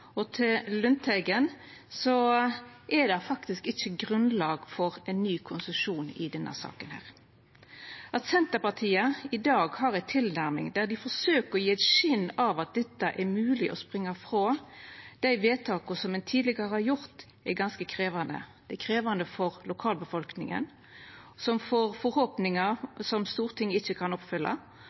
og til Lundteigen: Det er faktisk ikkje grunnlag for ein ny konsesjon i denne saka. At Senterpartiet i dag har ei tilnærming der dei forsøker å gje eit skin av at det er mogleg å springa frå dei vedtaka som ein tidlegare har gjort, er ganske krevjande. Det er krevjande for lokalbefolkninga, som får forhåpningar som Stortinget ikkje kan oppfylla,